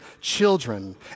children